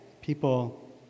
People